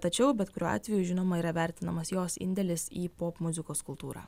tačiau bet kuriuo atveju žinoma yra vertinamas jos indėlis į popmuzikos kultūrą